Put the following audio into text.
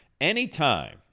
anytime